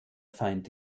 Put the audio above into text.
feind